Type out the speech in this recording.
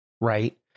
right